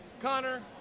Connor